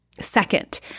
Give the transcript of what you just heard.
Second